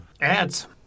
Ads